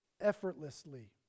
effortlessly